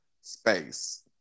space